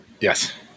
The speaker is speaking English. yes